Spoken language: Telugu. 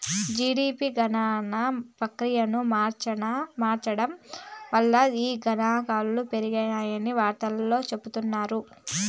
జీడిపి గణన ప్రక్రియను మార్సడం వల్ల దాని గనాంకాలు పెరిగాయని వార్తల్లో చెప్పిన్నారు